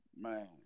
Man